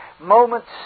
Moments